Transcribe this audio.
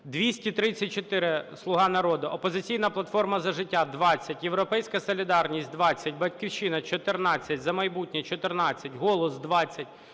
234 – "Слуга народу", "Опозиційна платформа - За життя" – 20, "Європейська солідарність" – 20, "Батьківщина" – 14, "За майбутнє" – 14, "Голос" – 20,